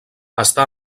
està